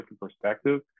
perspective